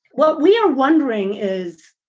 what we are wondering is,